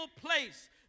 place